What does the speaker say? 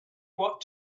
what